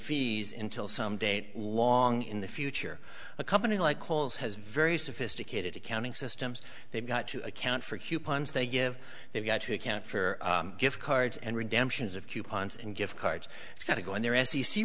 fees intil some day long in the future a company like kohl's has very sophisticated accounting systems they've got to account for coupons they give they've got to account for gift cards and redemptions of coupons and gift cards it's got to go in there